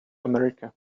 america